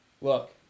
look